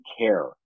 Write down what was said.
care